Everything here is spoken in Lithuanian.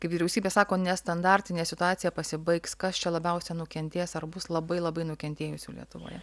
kaip vyriausybė sako nestandartinė situacija pasibaigs kas čia labiausia nukentės ar bus labai labai nukentėjusių lietuvoje